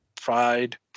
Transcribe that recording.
Pride